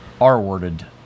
R-worded